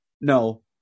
No